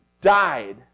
died